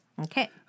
Okay